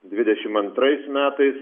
dvidešim antrais metais